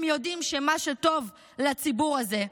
הם יודעים מה שטוב לציבור הזה,